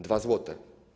2 zł.